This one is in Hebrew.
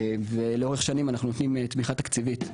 ולאורך שנים אנחנו נותנים תמיכה תקציבית.